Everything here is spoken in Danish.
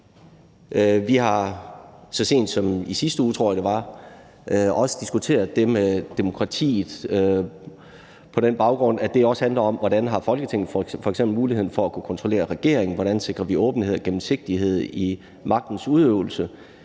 Vi har så sent som i sidste uge, tror jeg det var, også diskuteret det med demokratiet på den baggrund, at det også handler om, hvordan Folketinget f.eks. har mulighed for at kunne kontrollere regeringen, og hvordan vi sikrer åbenhed og gennemsigtighed i magtens udøvelse.